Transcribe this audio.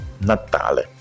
Natale